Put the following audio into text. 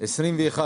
בשנת 2021,